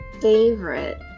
favorite